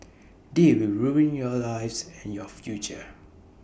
they will ruin your lives and your future